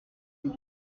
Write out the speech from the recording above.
douze